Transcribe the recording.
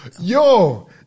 yo